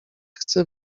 chce